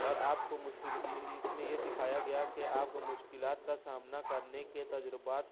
اور آپ کو مشکل اس میں یہ سکھایا گیا کہ آپ کومشکلات کا سامنا کرنے کے تجربات